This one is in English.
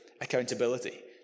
accountability